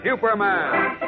Superman